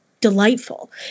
delightful